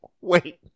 Wait